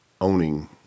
owning